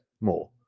More